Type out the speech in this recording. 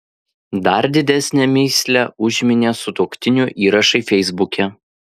dar didesnę mįslę užminė sutuoktinių įrašai feisbuke